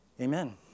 Amen